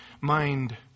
mind